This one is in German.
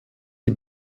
die